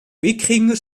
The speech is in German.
wikinger